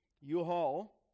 U-Haul